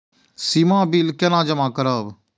सीमा bill केना जमा करब?